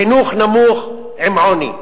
חינוך נמוך עם עוני,